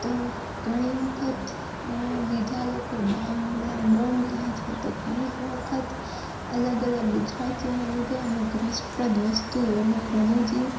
તો ઘણી વખત બીજા લોકો બામ ને બોમ કહે છે તો ઘણી વખત અલગ અલગ ગુજરાતીઓને લીધે અમુક રસપ્રદ વસ્તુઓ અમુક રમુજી